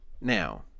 Now